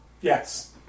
Yes